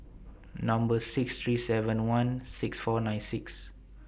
Number six three seven one six four nine six